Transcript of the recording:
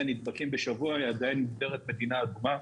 נדבקים בשבוע עדיין מוגדרת מדינה אדומה.